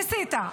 ניסית,